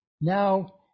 Now